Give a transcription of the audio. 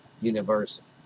University